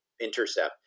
intercept